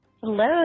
Hello